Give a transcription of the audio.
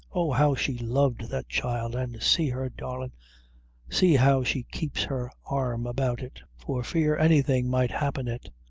oh, how she loved that child! an' see her darlin' see how she keeps her arm about it, for fear anything! might happen it,